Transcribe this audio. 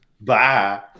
Bye